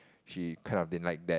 she kind of didn't like that